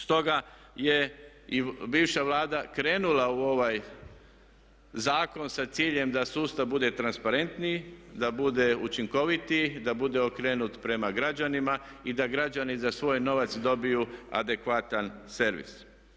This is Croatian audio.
Stoga je i bivša Vlada krenula u ovaj zakon sa ciljem da sustav bude transparentniji, da bude učinkovitiji, da bude okrenut prema građanima i da građani za svoj novac dobiju adekvatan servis.